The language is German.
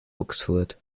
oxford